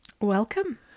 Welcome